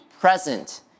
present